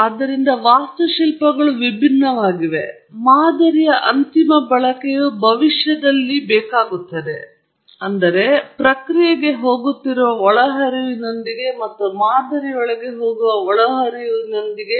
ಆದ್ದರಿಂದ ವಾಸ್ತುಶಿಲ್ಪಗಳು ವಿಭಿನ್ನವಾಗಿವೆ ಆದರೆ ಮಾದರಿಯ ಅಂತಿಮ ಬಳಕೆಯು ಭವಿಷ್ಯದಲ್ಲಿ ಮೂಲಭೂತವಾಗಿ ನಿಮಗೆ ಆಸಕ್ತಿಯ ವೇರಿಯಬಲ್ ಅನ್ನು ಊಹಿಸುತ್ತದೆ